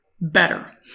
better